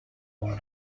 one